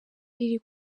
riri